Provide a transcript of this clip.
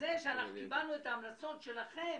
ההמלצות שלכם.